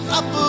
up